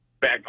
back